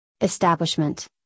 establishment